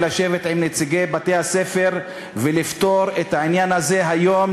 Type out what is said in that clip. לשבת עם נציגי בתי-הספר ולפתור את העניין הזה היום,